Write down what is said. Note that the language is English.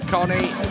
Connie